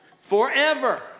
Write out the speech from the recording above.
forever